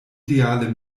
ideale